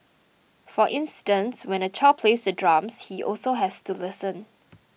for instance when a child plays the drums he also has to listen